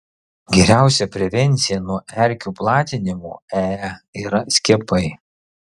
geriausia prevencija nuo erkių platinamo ee yra skiepai